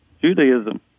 Judaism